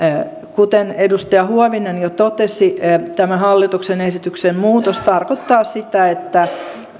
kuten edustaja huovinen jo totesi tämä hallituksen esityksen muutos tarkoittaa sitä että